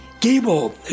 Gable